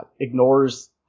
ignores